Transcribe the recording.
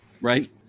Right